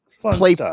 play